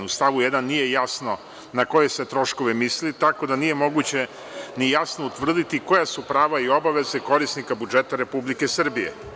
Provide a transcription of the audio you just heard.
U stavu 1. nije jasno na koje se troškove misli, tako da nije moguće ni jasno utvrditi koja su prava i obaveze korisnika budžeta Republike Srbije.